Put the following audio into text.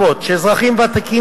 זכויות והטבות רבות שאזרחים ותיקים